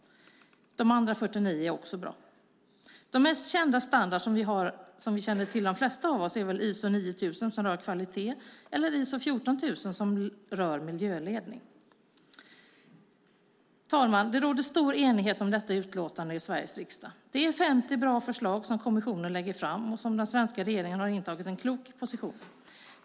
De övriga 49 är också bra. De mest kända standarder som vi har och som de flesta av oss känner till är väl ISO 9000 som rör kvalitet eller ISO 14000 som berör miljöledning. Fru talman! Det råder stor enighet om detta utlåtande i Sveriges Riksdag. Det är 50 bra förslag som kommissionen lägger fram och där den svenska regeringen har intagit en klok position.